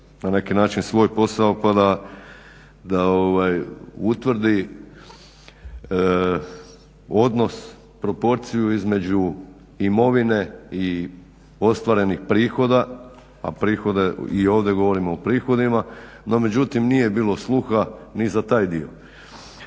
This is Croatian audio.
na neki način svoj posao pa da utvrdi odnos, proporciju između imovine i ostvarenih prihoda a prihode i ovdje govorimo o prihodima. No međutim, nije bilo sluha ni za taj dio.